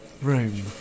Room